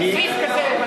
אין סעיף כזה.